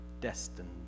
destined